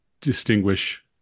distinguish